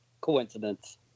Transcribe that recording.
coincidence